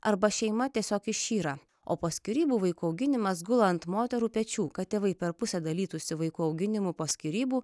arba šeima tiesiog išyra o po skyrybų vaikų auginimas gula ant moterų pečių kad tėvai per pusę dalytųsi vaikų auginimu po skyrybų